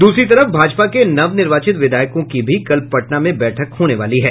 दूसरी तरफ भाजपा के नवनिर्वाचित विधायकों की भी कल पटना में बैठक होने वाली है